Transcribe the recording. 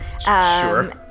Sure